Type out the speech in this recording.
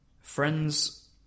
Friends